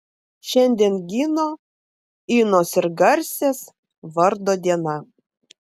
šiandien gino inos ir garsės vardo diena